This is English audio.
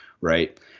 right